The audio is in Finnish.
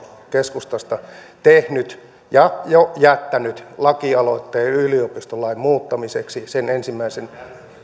keskustasta kanssa tehnyt ja jo jättänyt lakialoitteen yliopistolain muuttamiseksi sen yhden